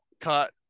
cut